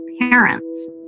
parents